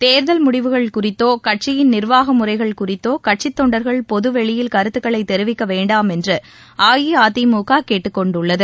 தேர்தல் முடிவுகள் குறித்தோ நிர்வாக முறைகள் குறித்தோ கட்சித் தொண்டர்கள் பொதுவெளியில் கருத்துக்களை தெரிவிக்க வேண்டாம் என்று அஇஅதிமுக கேட்டுக்கொண்டுள்ளது